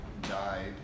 died